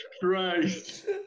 Christ